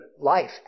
life